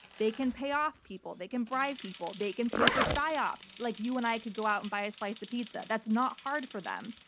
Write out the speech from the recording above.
they can pay off people. they can bribe people. they can pay for pysops like you and i could go out and buy a slice of pizza, that's not hard for them.